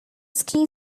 ski